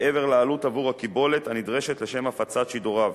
מעבר לעלות עבור הקיבולת הנדרשת לשם הפצת שידוריו.